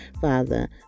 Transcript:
father